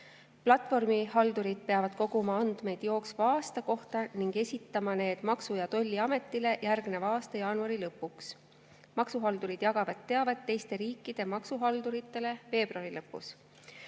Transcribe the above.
Platvormihaldurid peavad koguma andmeid jooksva aasta kohta ning esitama need Maksu‑ ja Tolliametile järgmise aasta jaanuari lõpuks. Maksuhaldurid jagavad teavet teiste riikide maksuhalduritele veebruari lõpus.